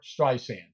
Streisand